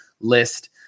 list